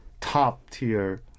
top-tier